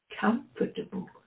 comfortable